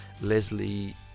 leslie